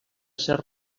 ser